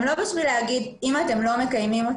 זה לא כדי להגיד שאם אתם לא מקיימים,